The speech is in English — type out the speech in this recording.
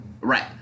Right